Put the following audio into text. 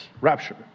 rapture